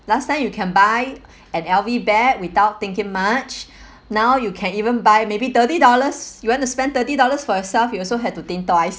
last time you can buy an L_V bag without thinking much now you can even buy maybe thirty dollars you want to spend thirty dollars for yourself you also have to think twice